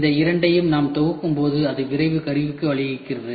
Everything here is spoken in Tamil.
இந்த இரண்டையும் நாம் தொகுக்கும்போது அது விரைவு கருவிக்கு வழிவகுக்கிறது